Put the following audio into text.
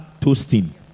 toasting